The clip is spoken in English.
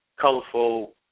colorful